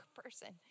person